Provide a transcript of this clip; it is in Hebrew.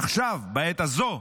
עכשיו, בעת הזו,